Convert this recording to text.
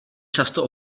často